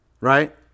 right